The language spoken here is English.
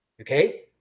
okay